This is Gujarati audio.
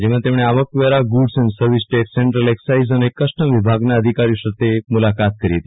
જેમાં તેમણે આવકવેરાગુડ્સ એન્ડ સર્વિસ ટેક્સસેન્ટ્રલ એક્સાઈઝ અને કસ્ટમ વિભાગના અધિકારીઓ સાથે મુલાકાત કરી હતી